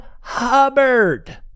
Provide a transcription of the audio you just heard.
hubbard